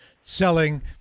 selling